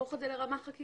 להפוך את זה לרמה חקיקתית,